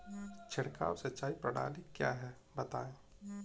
छिड़काव सिंचाई प्रणाली क्या है बताएँ?